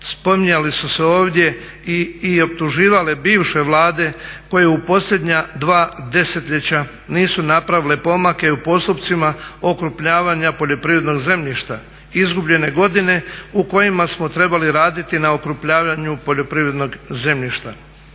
Spominjali su se ovdje i optuživale bivše vlade koje u posljednja dva desetljeća nisu napravile pomake u postupcima okrupnjavanja poljoprivrednog zemljišta, izgubljene godine u kojima smo trebali raditi n okrupnjavanju poljoprivrednog zemljišta.